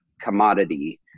commodity